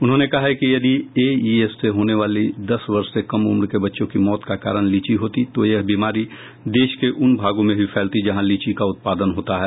उन्होंने कहा कि यदि एईएस से होने वाली दस वर्ष से कम उम्र के बच्चों की मौत का कारण लीची होती तो यह बीमारी देश के उन भागों में भी फैलती जहां लीची का उत्पादन होता है